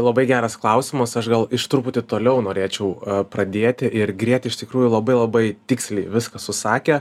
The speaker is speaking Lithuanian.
labai geras klausimas aš gal iš truputį toliau norėčiau pradėti ir grėtė iš tikrųjų labai labai tiksliai viską susakė